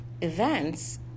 events